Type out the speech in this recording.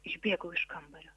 išbėgau iš kambario